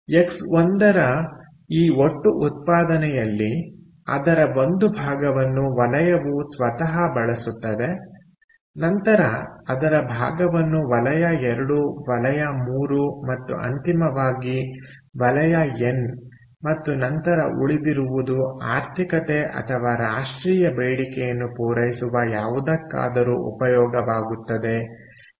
x one ರ ಈ ಒಟ್ಟು ಉತ್ಪಾದನೆಯಲ್ಲಿ ಅದರ ಒಂದು ಭಾಗವನ್ನು ವಲಯವು ಸ್ವತಃ ಬಳಸುತ್ತದೆ ನಂತರ ಅದರ ಭಾಗವನ್ನು ವಲಯ 2 ವಲಯ 3 ಮತ್ತು ಅಂತಿಮವಾಗಿ ವಲಯ ಎನ್ ಮತ್ತು ನಂತರ ಉಳಿದಿರುವುದು ಆರ್ಥಿಕತೆ ಅಥವಾ ರಾಷ್ಟ್ರದ ಬೇಡಿಕೆಯನ್ನು ಪೂರೈಸುವ ಯಾವುದಕ್ಕಾದರೂ ಉಪಯೋಗವಾಗುತ್ತದೆ ಎಂದು ನಾನು ಬರೆಯಬಹುದು